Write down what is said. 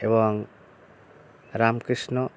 এবং রামকৃষ্ণ